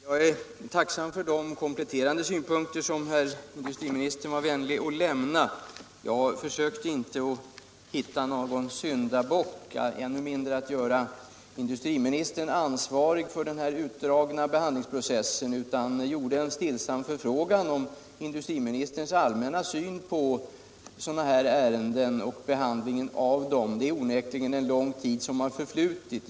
Herr talman! Jag är tacksam för de kompletterande synpunkter som herr industriministern var vänlig att lämna. Jag försökte inte hitta någon syndabock, än mindre göra industriministern ansvarig för den utdragna behandlingsprocessen, utan jag gjorde en stillsam förfrågan om industriministerns allmänna syn på sådana här ärenden och behandlingen av dem. Det är onekligen en lång tid som har förflutit.